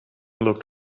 looked